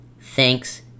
thanks